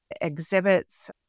exhibits